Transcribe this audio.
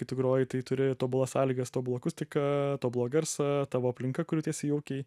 kai tu groji tai turi tobulas sąlygas tobulą akustiką tobulą garsą tavo aplinka kur jautiesi jaukiai